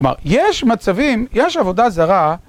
כלומר, יש מצבים, יש עבודה זרה.